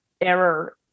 error